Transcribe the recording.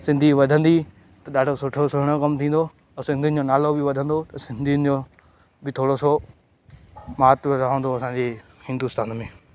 सिंधी वहंदी त ॾाढो सुठो सुहिड़ो कम थींदो ऐं सिंधीयुनि जो नालो बि वधंदो सिंधीयुनि जो बि थोरो सो महत्व रहंदो असांजी हिंदुस्तान में